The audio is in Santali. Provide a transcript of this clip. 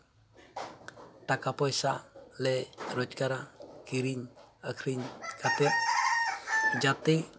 ᱴᱟᱠᱟ ᱯᱚᱭᱥᱟ ᱞᱮ ᱨᱳᱡᱽᱜᱟᱨᱟ ᱠᱤᱨᱤᱧ ᱟᱠᱷᱨᱤᱧ ᱠᱟᱛᱮ ᱡᱟᱛᱮ